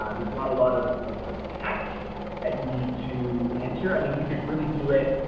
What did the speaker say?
ah there's not a lot of ah ah text that you need to enter. i mean you can really do it